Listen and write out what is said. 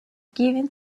given